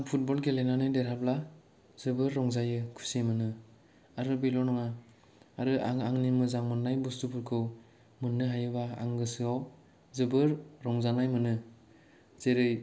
आं फुटबल गेलेनानै देरहाब्ला जोबोर रंजायो खुसि मोनो आरो बेल' नङा आरो आं आंनि मोजां मोननाय बुस्टुफोरखौ मोननो हायोब्ला आं गोसोयाव जोबोर रंजानाय मोनो जेरै